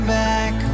back